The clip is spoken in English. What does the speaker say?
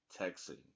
texting